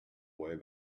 way